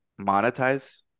monetize